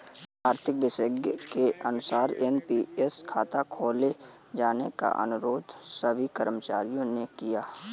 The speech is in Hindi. आर्थिक विशेषज्ञ के अनुसार एन.पी.एस खाता खोले जाने का अनुरोध सभी कर्मचारियों ने किया